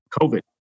COVID